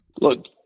look